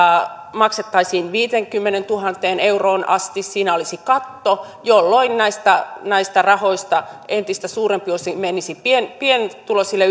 maksettaisiin viiteenkymmeneentuhanteen euroon asti siinä olisi katto jolloin näistä näistä rahoista entistä suurempi osa menisi pienituloisille